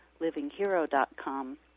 livinghero.com